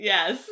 Yes